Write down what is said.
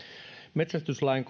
metsästyslain